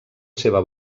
seva